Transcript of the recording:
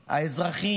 האזרחים,